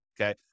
Okay